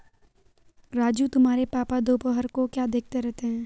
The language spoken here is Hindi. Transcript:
राजू तुम्हारे पापा दोपहर को क्या देखते रहते हैं?